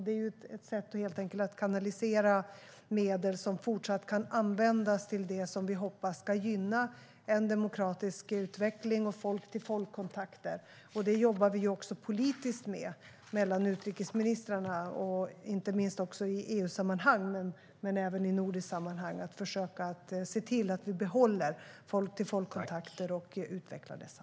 Det är ett sätt att helt enkelt kanalisera medel som kan fortsätta användas till det som vi hoppas ska gynna en demokratisk utveckling och folk-till-folk-kontakter. Det jobbar vi även politiskt med mellan utrikesministrarna och inte minst i EU-sammanhang men även i nordiskt sammanhang. Vi försöker behålla folk-till-folk-kontakter och utveckla dessa.